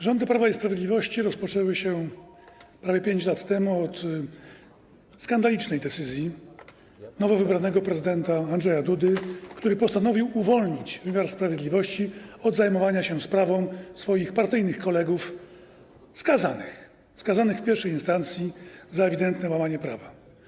Rządy Prawa i Sprawiedliwości rozpoczęły się prawie 5 lat temu od skandalicznej decyzji nowo wybranego prezydenta Andrzeja Dudy, który postanowił uwolnić wymiar sprawiedliwości od zajmowania się sprawą swoich partyjnych kolegów skazanych w I instancji za ewidentne łamanie prawa.